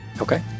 Okay